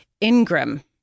Ingram